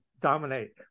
dominate